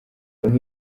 bamwe